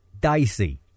dicey